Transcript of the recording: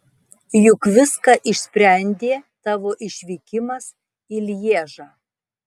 juk viską išsprendė tavo išvykimas į lježą